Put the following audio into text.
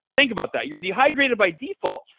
think about that. you're dehydrated by default.